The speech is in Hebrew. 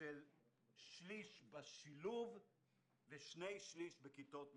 של שליש בשילוב ושני-שלישים בכיתות מיוחדות.